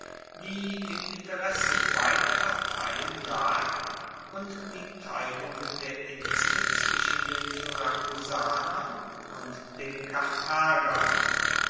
die im interesse beider parteien lag und die teilung der insel zwischen den syrakusanern und den karthagern